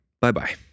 Bye-bye